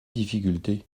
difficulté